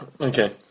Okay